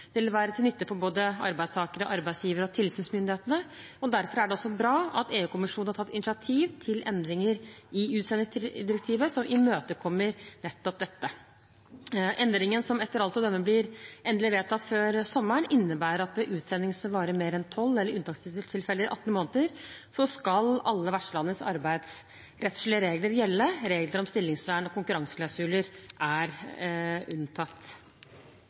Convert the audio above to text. Det vil være til nytte for både arbeidstakere, arbeidsgivere og tilsynsmyndigheter. Derfor er det bra at EU-kommisjonen har tatt initiativ til endringer i utsendingsdirektivet som imøtekommer nettopp dette. Endringen, som etter alt å dømme blir endelig vedtatt før sommeren, innebærer at ved utsending som varer mer enn 12, eller i unntakstilfeller 18, måneder, så skal alle vertslandets arbeidsrettslige regler gjelde. Regler om stillingsvern og konkurranseklausuler er unntatt.